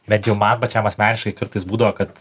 bet jau man pačiam asmeniškai kartais būdavo kad